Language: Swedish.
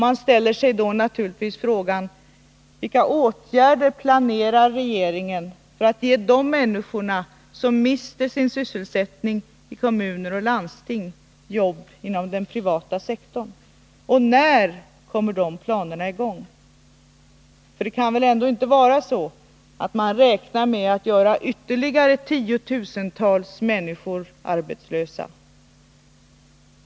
Man ställer sig naturligtvis frågan: Vilka åtgärder planerar regeringen att vidta för att ge de människor som mister sin sysselsättning i kommuner och landsting jobb inom den privata sektorn? När kommer i så fall dessa åtgärder att vidtas? För det kan väl ändå inte vara så att man räknar med att göra ytterligare 10 000-tals människor arbetslösa.